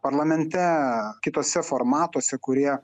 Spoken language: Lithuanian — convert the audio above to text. parlamente kituose formatuose kurie